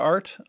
Art